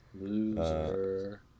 Loser